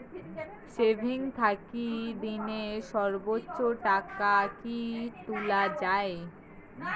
Savings থাকি দিনে সর্বোচ্চ টাকা কি তুলা য়ায়?